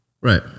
Right